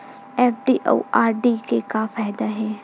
FD अउ RD के का फायदा हे?